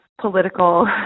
political